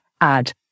add